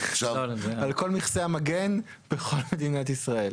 על כל מכסי המגן, בכל מדינת ישראל.